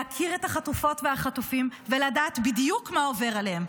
להכיר את החטופות והחטופים ולדעת בדיוק מה עובר עליהם,